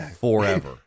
Forever